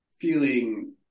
feeling